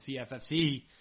CFFC